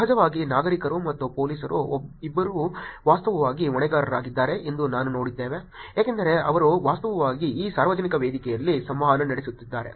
ಸಹಜವಾಗಿ ನಾಗರಿಕರು ಮತ್ತು ಪೊಲೀಸರು ಇಬ್ಬರೂ ವಾಸ್ತವವಾಗಿ ಹೊಣೆಗಾರರಾಗಿದ್ದಾರೆ ಎಂದು ನಾವು ನೋಡಿದ್ದೇವೆ ಏಕೆಂದರೆ ಅವರು ವಾಸ್ತವವಾಗಿ ಈ ಸಾರ್ವಜನಿಕ ವೇದಿಕೆಯಲ್ಲಿ ಸಂವಹನ ನಡೆಸುತ್ತಿದ್ದಾರೆ